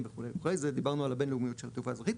וכו' זה דיברנו על הבינלאומיות של התעופה האזרחית,